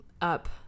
up